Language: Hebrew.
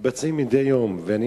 מתבצעת מדי יום, ואני